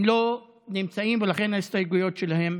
הם לא נמצאים, ולכן ההסתייגויות שלהם,